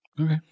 Okay